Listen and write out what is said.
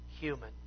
human